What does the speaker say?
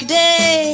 day